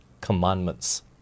Commandments